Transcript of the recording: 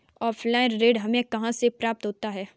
Offline ऋण हमें कहां से प्राप्त होता है?